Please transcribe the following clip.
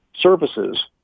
services